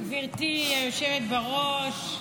גברתי היושבת-ראש.